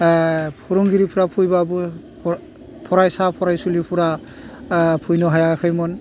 फोरोंगिरिफ्रा फैबाबो फरायसा फरायसुलिफरा फैनो हायाखैमोन